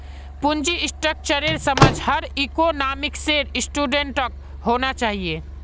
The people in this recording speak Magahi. पूंजी स्ट्रक्चरेर समझ हर इकोनॉमिक्सेर स्टूडेंटक होना चाहिए